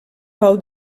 pau